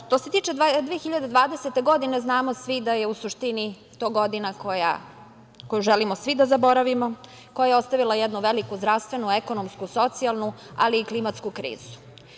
Što se tiče 2020. godine, znamo svi da je u suštini to godina koju želimo svi da zaboravimo, koja je ostavila jedno veliko zdravstvenu, ekonomsku, socijalnu, ali i klimatsku krizu.